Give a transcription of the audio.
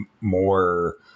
more